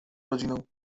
rodziną